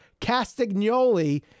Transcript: Castagnoli